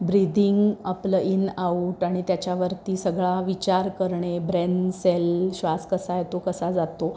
breathing आपलं in out आणि त्याच्यावरती सगळा विचार करणे ब्रेन सेल श्वास कसा येतो कसा जातो